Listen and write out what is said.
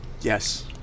yes